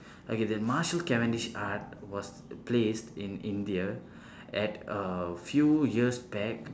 okay the martial cavendish art was placed in india at uh few years back